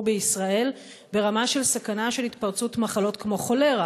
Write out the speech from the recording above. בישראל ברמה של סכנה של התפרצות של מחלות כמו כולרה